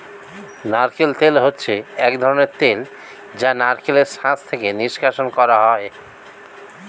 নারকেল তেল হচ্ছে এক ধরনের তেল যা নারকেলের শাঁস থেকে নিষ্কাশণ করা হয়